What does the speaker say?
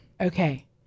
Okay